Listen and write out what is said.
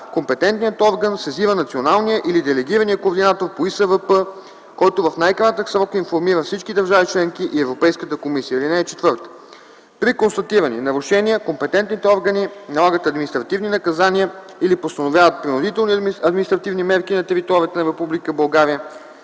компетентният орган сезира националния или делегирания координатор по ИСВП, който в най-кратък срок информира всички държави членки и Европейската комисия. (4) При констатирани нарушения компетентните органи налагат административни наказания или постановяват принудителни административни мерки на територията на